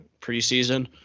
preseason